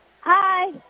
Hi